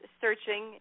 searching